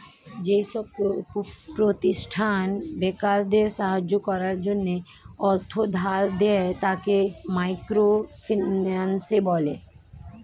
যেসব প্রতিষ্ঠান বেকারদের সাহায্য করার জন্য অর্থ ধার দেয়, তাকে মাইক্রো ফিন্যান্স বলে